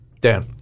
Dan